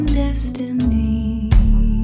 destiny